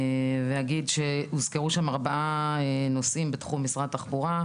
אגיד שהוזכרו שם ארבעה נושאים בתחום משרד התחבורה.